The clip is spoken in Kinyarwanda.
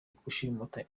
gushimuta